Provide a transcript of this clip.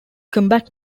combat